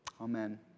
amen